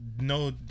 no